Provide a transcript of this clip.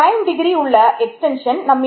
prime